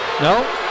No